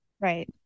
Right